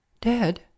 Dead